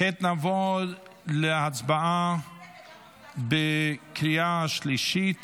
כעת נעבור להצבעה בקריאה השלישית